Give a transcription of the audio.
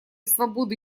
свободы